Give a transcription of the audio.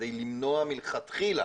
כדי למנוע מלכתחילה